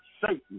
Satan